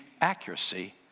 accuracy